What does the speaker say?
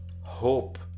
hope